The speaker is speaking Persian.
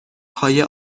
های